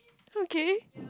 okay